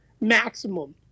maximum